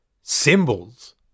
symbols